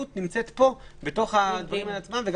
תתקדם.